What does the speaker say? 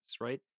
right